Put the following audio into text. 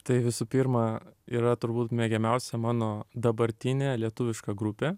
tai visų pirma yra turbūt mėgiamiausia mano dabartinė lietuviška grupė